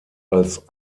als